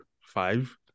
five